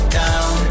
down